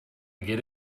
get